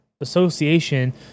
association